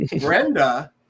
Brenda